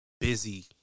busy